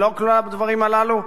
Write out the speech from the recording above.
שלא כלולה בדברים הללו?